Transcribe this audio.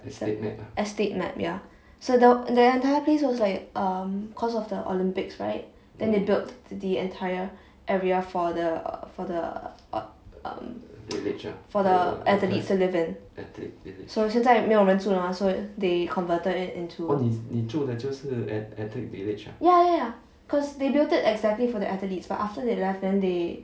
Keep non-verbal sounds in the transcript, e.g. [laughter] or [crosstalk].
[noise] estate map ya so the the entire place was like um because of the olympics right then they built the entire area for the for the a~ uh uh for the athletes to live in so 现再没有人住了吗 so they converted it into all these ya ya ya because they built it exactly for the athletes but after they left then they